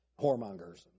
whoremongers